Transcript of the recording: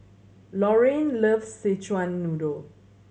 Lorraine loves Szechuan Noodle